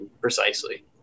precisely